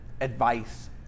advice